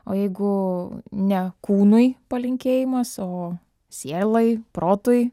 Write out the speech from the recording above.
o jeigu ne kūnui palinkėjimas o sielai protui